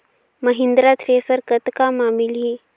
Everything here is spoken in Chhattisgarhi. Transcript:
महिंद्रा थ्रेसर कतका म मिलही?